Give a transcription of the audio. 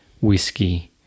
whiskey